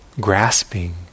grasping